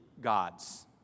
God's